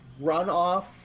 runoff